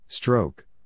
Stroke